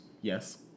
Yes